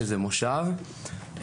שזה מושב,